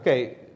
Okay